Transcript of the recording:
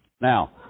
Now